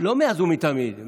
לא מאז ומתמיד,